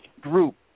group